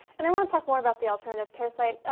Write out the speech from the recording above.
and i want to talk more about the alternative care site.